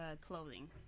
clothing